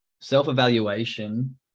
self-evaluation